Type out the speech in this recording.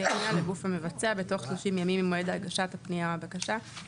הפנייה לגוף המבצע בתוך 30 ימים ממועד הגשת הפניה או הבקשה.